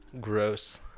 Gross